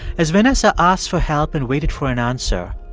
as vanessa asked for help and waited for an answer,